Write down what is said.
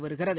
வருகிறது